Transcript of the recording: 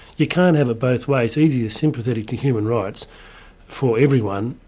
you can't have it both ways, either you're sympathetic to human rights for everyone,